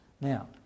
Now